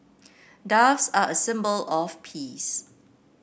doves are a symbol of peace